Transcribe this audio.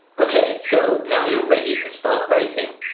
okay, so now you're ready to start writing.